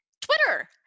Twitter